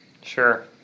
Sure